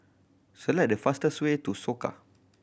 select the fastest way to Soka